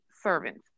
servants